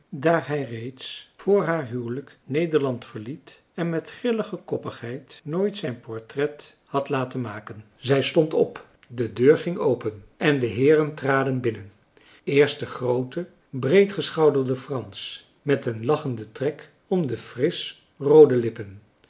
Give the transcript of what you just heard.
daar hij reeds voor haar huwelijk nederland verliet en met grillige koppigheid nooit zijn portret had laten maken zij stond op de deur ging open en de heeren traden binnen eerst de groote breedgeschouderde frans met den lachenden trek om de frisch roode lippen